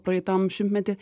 praeitam šimtmety